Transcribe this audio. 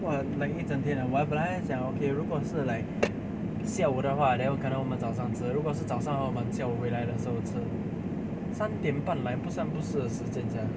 !wah! like 一整天啊我本来还想 okay 如果是 like 下午的话 then 可能我们早上吃如果是早上的话我们下午回来的时候吃三点半 like 不三不四的时间 sia